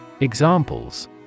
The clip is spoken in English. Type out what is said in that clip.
Examples